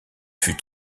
fut